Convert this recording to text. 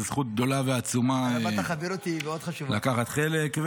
זו זכות גדולה ועצומה לקחת בה חלק.